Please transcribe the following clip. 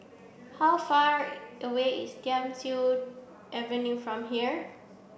how far away is Thiam Siew Avenue from here